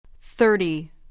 thirty